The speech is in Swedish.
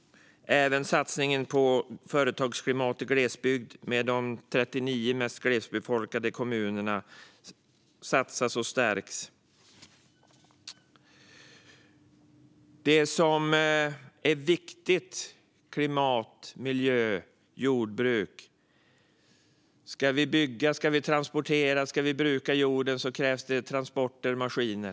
Satsningen på företagsklimat i glesbygd innebär att de 39 mest glesbefolkade kommunerna stärks. Det som är viktigt när det gäller klimat, miljö och jordbruk är att om vi ska bygga, transportera och bruka jorden krävs transporter och maskiner.